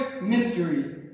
mystery